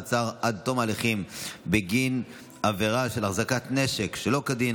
מעצר עד תום ההליכים בגין עבירה של החזקת נשק שלא כדין),